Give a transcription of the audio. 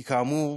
כי כאמור,